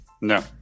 No